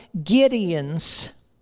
Gideons